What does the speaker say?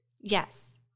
Yes